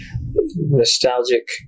nostalgic